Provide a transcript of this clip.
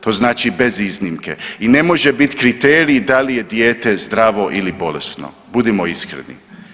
To znači bez iznimke i ne može biti kriterij da li je dijete zdravo ili bolesno, budimo iskreni.